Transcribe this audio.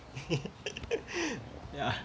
ya